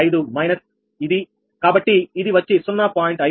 5 minus ఇది కాబట్టి ఇది వచ్చి 0